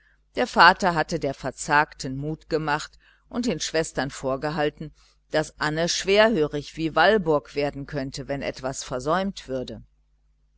der vater hatte der verzagten mut gemacht und den schwestern vorgehalten daß anne so schwerhörig wie walburg werden könnte wenn etwas versäumt würde